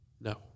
No